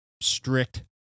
strict